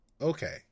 okay